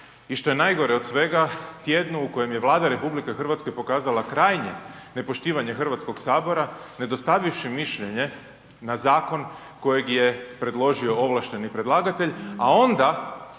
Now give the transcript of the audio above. i što je od svega tjednu u kojem je Vlada RH pokazala krajnje nepoštivanje Hrvatskog sabora ne dostavivši mišljenje na zakon kojeg je predložio ovlašteni predlagatelj, a onda